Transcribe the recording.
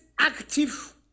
active